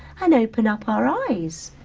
and open up our eyes.